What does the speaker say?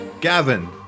Gavin